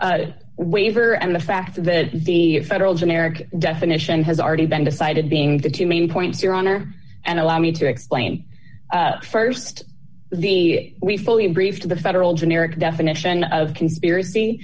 o waiver and the fact that the federal generic definition has already been decided being the two main points your honor and allow me to explain st the we fully briefed the federal generic definition of conspiracy